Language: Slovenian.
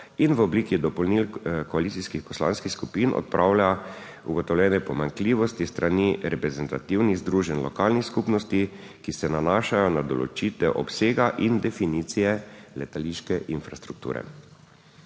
in v obliki dopolnil koalicijskih poslanskih skupin odpravlja ugotovljene pomanjkljivosti s strani reprezentativnih združenj lokalnih skupnosti, ki se nanašajo na določitev obsega in definicije letališke infrastrukture.